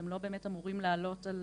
הם לא באמת אמורים לעלות על